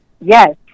Yes